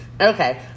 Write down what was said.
okay